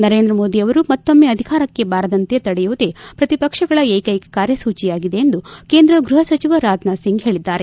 ನರೇಂದ್ರ ಮೋದಿ ಅವರು ಮತ್ತೊಮ್ಮೆ ಅಧಿಕಾರಕ್ಕೆ ಬಾರದಂತೆ ತಡೆಯುವುದೇ ಪ್ರತಿಪಕ್ಷಗಳ ಏಕ್ಟೆಕ ಕಾರ್ಯಸೂಚಿಯಾಗಿದೆ ಎಂದು ಕೇಂದ್ರ ಗೃಹ ಸಚಿವ ರಾಜನಾಥ್ ಸಿಂಗ್ ಹೇಳಿದ್ದಾರೆ